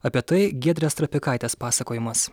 apie tai giedrės trapikaitės pasakojimas